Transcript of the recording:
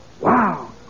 Wow